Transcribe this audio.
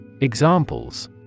Examples